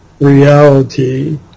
reality